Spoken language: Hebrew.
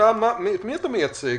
את מי אתה מייצג?